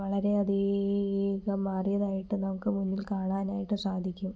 വളരെയധികം മാറിയതായിട്ട് നമുക്ക് മുന്നിൽ കാണാനായിട്ട് സാധിക്കും